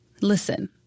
listen